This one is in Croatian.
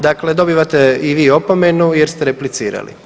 Dakle, dobivate i vi opomenu jer ste replicirali.